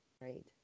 right